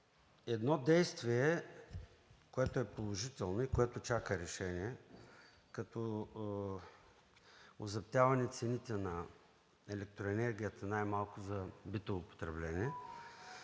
едно действие, което е положително и което чака решение, като озаптяване цените на електроенергията най-малко за битово потребление,